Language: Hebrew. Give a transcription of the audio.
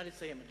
נא לסיים.